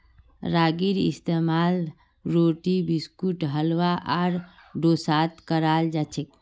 रागीर इस्तेमाल रोटी बिस्कुट हलवा आर डोसात कराल जाछेक